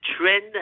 trend